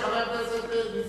חבר הכנסת נסים,